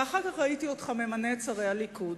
ואחר כך ראיתי אותך ממנה את שרי הליכוד.